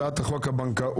1. הצעת חוק הבנקאות